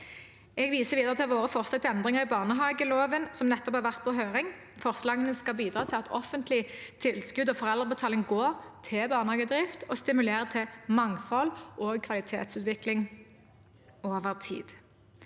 Jeg viser videre til våre forslag til endringer i barnehageloven, som nettopp har vært på høring. Forslagene skal bidra til at offentlig tilskudd og foreldrebetaling går til barnehagedrift og stimulerer til mangfold og kvalitetsutvikling over tid.